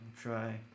try